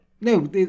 No